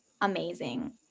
amazing